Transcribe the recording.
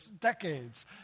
decades